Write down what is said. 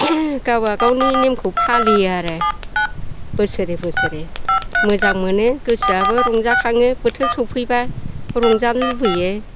गावबागावनि नेमखौ फालियो आरो बोसोरे बोसोरे मोजां मोनो गोसोआबो रंजा खांङो बोथोर सौफैब्ला रंजानो लुबैयो